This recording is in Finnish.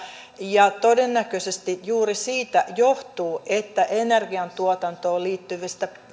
ja todennäköisesti juuri siitä johtuu että energiantuotantoon